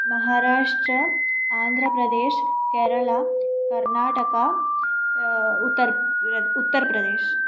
महाराष्ट्रम् आन्द्रप्रदेशः केरला कर्नाटकः उत्तरं प्र उत्तर्प्रदेशः